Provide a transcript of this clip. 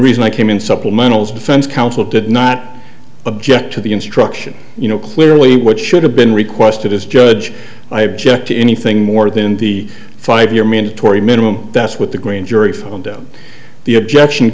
reason i came in supplementals defense counsel did not object to the instruction you know clearly what should have been requested just is i object to anything more than the five year mandatory minimum that's what the green jury phone down the objection